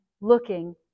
looking